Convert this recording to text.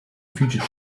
future